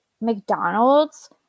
McDonald's